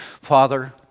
Father